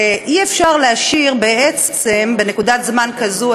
ואי-אפשר להשאיר בעצם בנקודת זמן כזאת